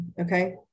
okay